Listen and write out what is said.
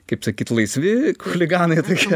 kaip sakyt laisvi chuliganai tokie